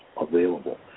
available